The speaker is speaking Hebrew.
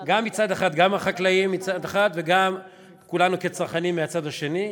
גם החקלאים מצד אחד וגם כולנו כצרכנים מהצד השני.